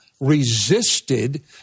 resisted